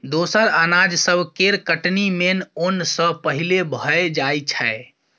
दोसर अनाज सब केर कटनी मेन ओन सँ पहिले भए जाइ छै